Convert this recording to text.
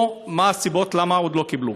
או מה הסיבות, למה עוד לא קיבלו?